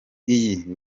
iyi